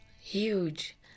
Huge